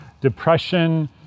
depression